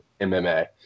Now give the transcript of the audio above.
MMA